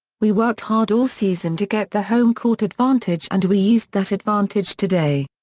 we worked hard all season to get the home-court advantage and we used that advantage today.